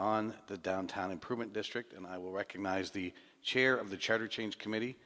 on the downtown improvement district and i will recognize the chair of the charter change committee